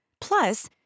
Plus